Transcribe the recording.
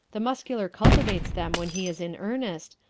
the muscular cultivates them when he is in earnest,